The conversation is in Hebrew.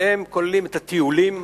והם כוללים את הטיולים,